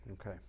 Okay